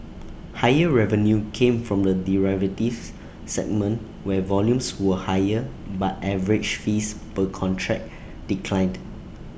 higher revenue came from the derivatives segment where volumes were higher but average fees per contract declined